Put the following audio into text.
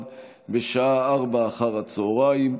ארבעה קולות נוספים,